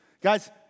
Guys